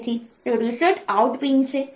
તેથી તે reset out pin છે